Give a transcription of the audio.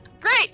great